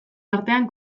artean